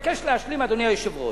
מבקש להשלים, אדוני היושב-ראש.